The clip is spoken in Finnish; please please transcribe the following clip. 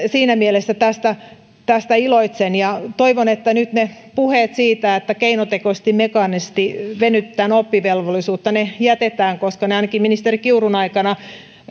siinä mielessä tästä tästä iloitsen toivon että nyt puheet siitä että keinotekoisesti mekaanisesti venytetään oppivelvollisuutta jätetään koska ne ainakin ministeri kiurun aikana